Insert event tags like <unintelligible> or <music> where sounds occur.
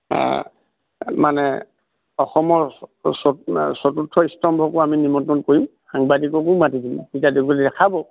মানে অসমৰ চতুৰ্থ স্তম্ভকো আমি নিমন্ত্ৰণ কৰিম সাংবাদিককো মাতি দিম <unintelligible> দেখাব